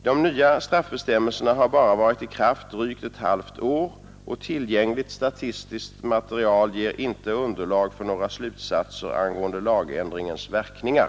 De nya straffbestämmelserna har bara varit i kraft drygt ett halvt år, och tillgängligt statistiskt material ger inte underlag för några slutsatser angående lagändringens verkningar.